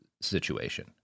situation